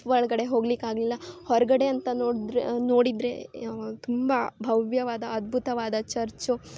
ಒಳಗಡೆ ಹೋಗ್ಲಿಕ್ಕೆ ಆಗಲಿಲ್ಲ ಹೊರಗಡೆ ಅಂತ ನೊಡಿದ್ರೆ ನೋಡಿದರೆ ಯಾವ ತುಂಬ ಭವ್ಯವಾದ ಅದ್ಭುತವಾದ ಚರ್ಚು